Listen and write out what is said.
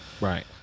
Right